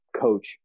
coach